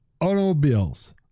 automobiles